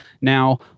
now